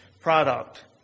product